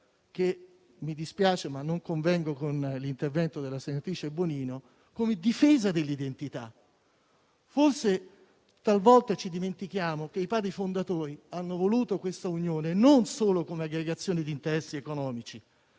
mi dispiace ma non convengo con l'intervento della senatrice Bonino. Forse talvolta ci dimentichiamo che i Padri fondatori hanno voluto questa unione non solo come aggregazione di interessi economici,